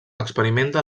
experimenta